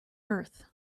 earth